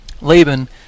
Laban